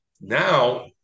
now